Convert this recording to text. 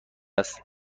است